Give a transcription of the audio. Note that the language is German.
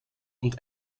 und